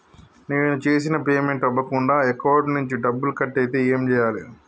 నేను చేసిన పేమెంట్ అవ్వకుండా అకౌంట్ నుంచి డబ్బులు కట్ అయితే ఏం చేయాలి?